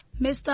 Mr